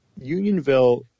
Unionville